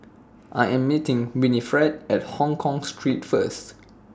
I Am meeting Winifred At Hongkong Street First